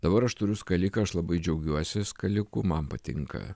dabar aš turiu skaliką aš labai džiaugiuosi skaliku man patinka